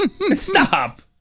Stop